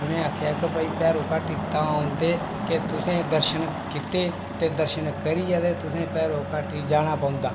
उ'नें आखेआ कि भाई भैरो घाटी तां औंदे कि तुसें दर्शन कीते ते दर्शन करियै ते तुसें भैरो घाटी जाना पौंदा